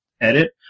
edit